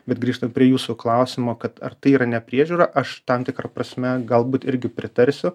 bet grįžtant prie jūsų klausimo kad ar tai yra nepriežiūra aš tam tikra prasme galbūt irgi pritarsiu